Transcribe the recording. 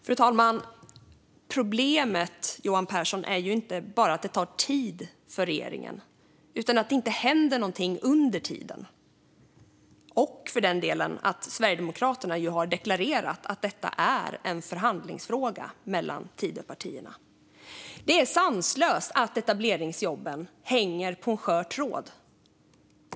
Fru talman! Problemet, Johan Pehrson, är inte bara att det tar tid för regeringen utan även att det inte händer någonting under tiden - och för den delen att Sverigedemokraterna har deklarerat att detta är en förhandlingsfråga mellan Tidöpartierna. Det är sanslöst att etableringsjobben hänger på en skör tråd.